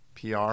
PR